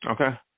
okay